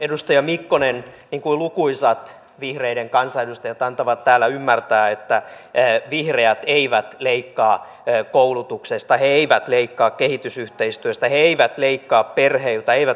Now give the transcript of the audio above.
edustaja mikkonen niin kuin lukuisat vihreiden kansanedustajat antaa täällä ymmärtää että vihreät eivät leikkaa koulutuksesta he eivät leikkaa kehitysyhteistyöstä he eivät leikkaa perheiltä eivät pienituloisilta